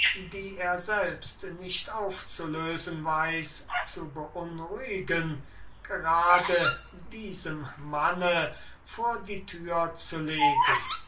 die er selbst nicht aufzulösen weiß zu beunruhigen gerade diesem manne vor die thür zu legen